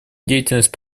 деятельность